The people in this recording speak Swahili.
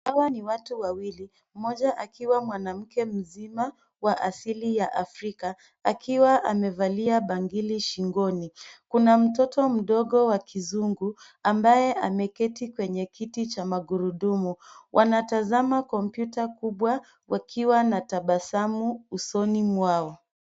Hawa ni watu wawili, mmoja akiwa mwanamke mzima wa asili ya Afrika, akiwa amevalia bangili shingoni. Kuna mtoto mdogo wa kizungu, ambaye ameketi kwenye kiti cha magurudumu. Wanatazama kompyuta kubwa wakiwa na tabasamu usoni mwao.